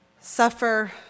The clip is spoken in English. suffer